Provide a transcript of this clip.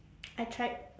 I tried